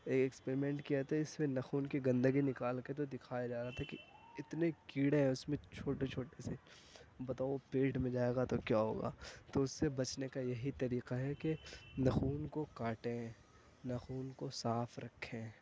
یہ ایکسپریمنٹ کیا تھا اس سے ناخون کی گندگی نکال کے تو دکھایا جا رہا تھا کہ اتنے کیڑے ہیں اس میں چھوٹے چھوٹے سے بتاؤ پیٹ میں جائے گا تو کیا ہوگا تو اس سے بچنے کا یہی طریقہ ہے کہ ناخون کو کاٹیں ناخون کو صاف رکھیں